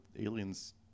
aliens